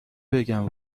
بگم